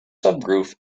subgroup